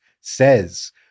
says